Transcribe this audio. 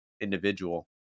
individual